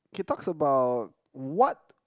he talks about what